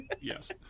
Yes